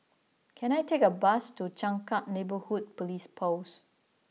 can I take a bus to Changkat Neighbourhood Police Post